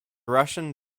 russian